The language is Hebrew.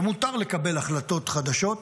ומותר לקבל החלטות חדשות,